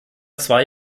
zwei